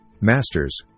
Masters